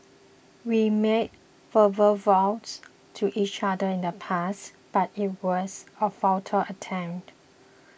we made verbal vows to each other in the past but it was a futile attempt